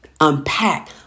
Unpack